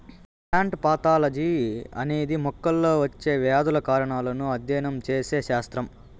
plant pathology అనేది మొక్కల్లో వచ్చే వ్యాధుల కారణాలను అధ్యయనం చేసే శాస్త్రం